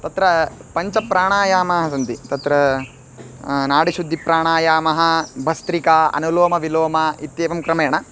तत्र पञ्चप्राणायामाः सन्ति तत्र नाडिशुद्धिप्राणायामः भस्त्रिका अनुलोमविलोम इत्येवं क्रमेण